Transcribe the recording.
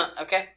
Okay